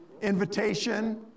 Invitation